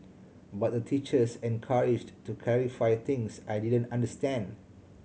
but the teachers encouraged to clarify things I didn't understand